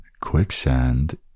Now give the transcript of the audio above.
Quicksand